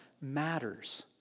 matters